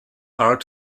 are